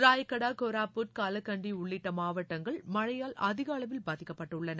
ராயகடா கோரப்புட் காலகன்டி உள்ளிட்ட மாவட்டங்கள் மழையால் அதிக அளவில் பாதிக்கப்பட்டுள்ளன